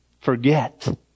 forget